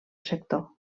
sector